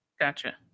Gotcha